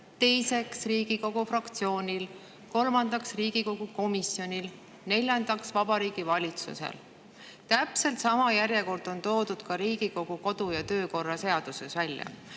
teiseks Riigikogu fraktsioonil, kolmandaks Riigikogu komisjonil ja neljandaks Vabariigi Valitsusel. Täpselt sama järjekord on toodud ka Riigikogu kodu‑ ja töökorra seaduses.